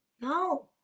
No